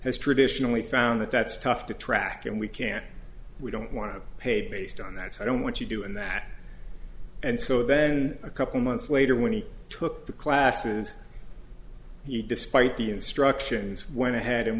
has traditionally found that that's tough to track and we can't we don't want to pay based on that so i don't want you doing that and so then a couple months later when he took the classes he despite the instructions went ahead and